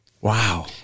Wow